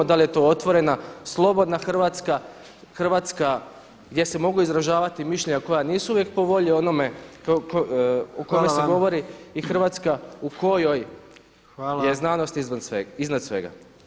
Da li je to otvorena, slobodna Hrvatska, Hrvatska gdje se mogu izražavati mišljenja koja nisu uvijek po volji onome o kome se govori i Hrvatska u kojoj je znanost iznad svega?